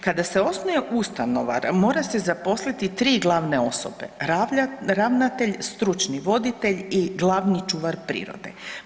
Kada se osnuje ustanova mora se zaposliti tri glavne osobe, ravnatelj, stručni voditelj i glavni čuvar prirode.